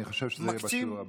אני חושב שזה יהיה בשיעור הבא.